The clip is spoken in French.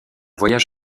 voyage